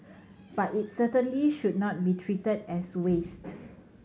but it certainly should not be treated as waste